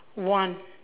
one